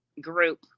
group